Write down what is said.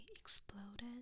exploded